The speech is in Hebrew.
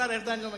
השר ארדן לא מכיר,